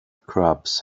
crabs